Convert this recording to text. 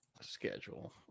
schedule